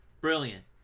brilliant